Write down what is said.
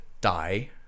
die